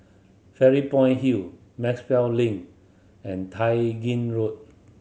Fairy Point Hill Maxwell Link and Tai Gin Road